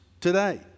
today